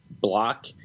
block